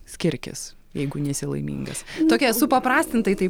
skirkis jeigu nesi laimingas tokia supaprastintai tai